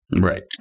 Right